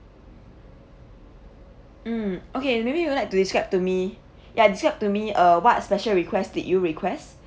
mm okay maybe you would like to describe to me ya describe to me uh what special request did you request